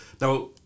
Now